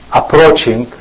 approaching